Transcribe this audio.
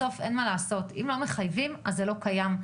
בסוף אין מה לעשות, אם לא מחייבים זה לא קיים.